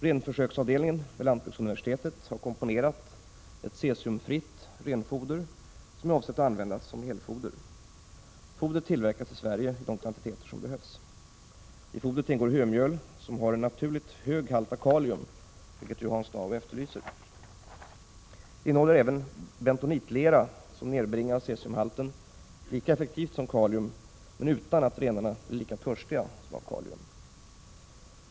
Renförsöksavdelningen vid lantbruksuniversitetet har komponerat ett cesiumfritt renfoder som är avsett att användas som helfoder. Fodret tillverkas i Sverige i de kvantiteter som behövs. I fodret ingår hömjöl som har en naturligt hög halt av kalium, vilket ju Hans Dau efterlyser. Det innehåller även bentonitlera, som nedbringar cesiumhalten lika effektivt som kalium, men utan att renarna blir lika törstiga som av kalium.